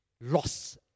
loss